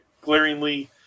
glaringly